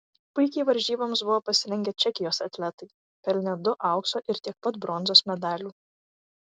puikiai varžyboms buvo pasirengę čekijos atletai pelnė du aukso ir tiek pat bronzos medalių